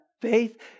faith